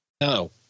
No